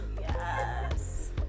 yes